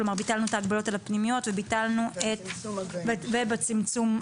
כלומר ביטלנו את ההגבלות על הפנימיות ובצמצום מגעים.